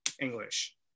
English